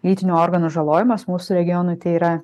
lytinių organų žalojimas mūsų regionui tai yra